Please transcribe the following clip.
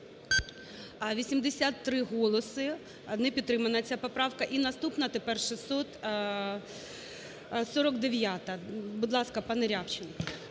83 голоси. Не підтримана ця поправка. І наступна тепер 649-а. Будь ласка, панеРябчин.